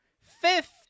fifth